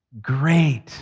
great